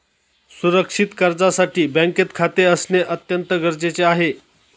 सुरक्षित कर्जासाठी बँकेत खाते असणे अत्यंत गरजेचे आहे